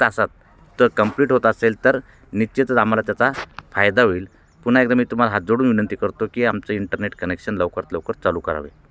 तासात कंप्लीट होत असेल तर निश्चितच आम्हाला त्याचा फायदा होईल पुन्हा एकदा मी तुम्हाला हात जोडून विनंती करतो की आमचं इंटरनेट कनेक्शन लवकरात लवकर चालू करावे